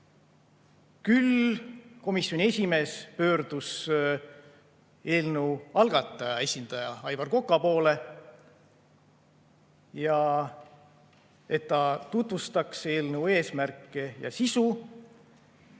Küll komisjoni esimees pöördus eelnõu algataja esindaja Aivar Koka poole, et ta eelnõu eesmärke ja sisu